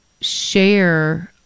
share